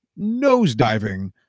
nosediving